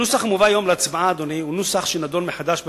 הנוסח המובא היום להצבעה הוא נוסח שנדון מחדש בוועדה,